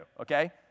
okay